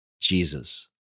Jesus